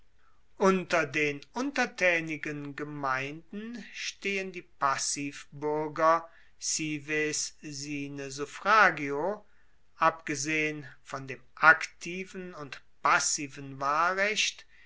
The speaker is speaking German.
unter den untertaenigen gemeinden stehen die passivbuerger cives sine suffragio abgesehen von dem aktiven und passiven wahlrecht